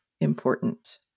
important